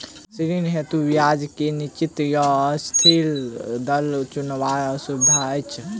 ऋण हेतु ब्याज केँ निश्चित वा अस्थिर दर चुनबाक सुविधा अछि